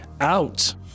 Out